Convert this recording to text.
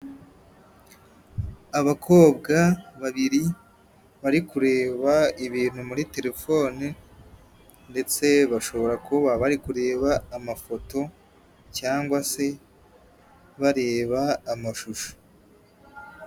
Abakobwa babiri bari kureba ibintu muri telefone ndetse bashobora kuba bari kureba amafoto cyangwa se bareba amashusho.